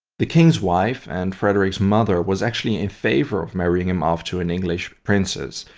the king's wife and frederick's mother was actually in favour of marrying him off to an english princess.